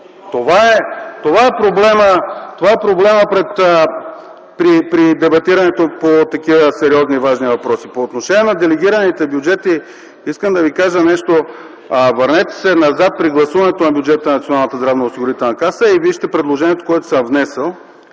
Това е проблемът при дебатирането на такива сериозни и важни въпроси. По отношение на делегираните бюджети искам да кажа следното: върнете се назад към гласуването на бюджета на Националната здравноосигурителна каса. Вижте предложението, което съм внесъл